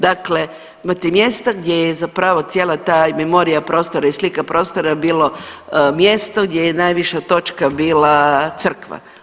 Dakle, imate mjesta gdje je zapravo cijela ta i memorija prostora i slika prostora bilo mjesto gdje je najviša točka bila crkva.